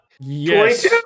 Yes